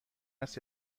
است